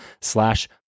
slash